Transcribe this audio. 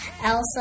Elsa